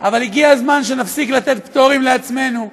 אבל הגיע הזמן שנפסיק לתת פטורים לעצמנו והנחות.